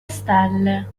stelle